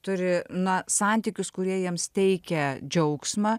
turi na santykius kurie jiems teikia džiaugsmą